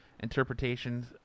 interpretations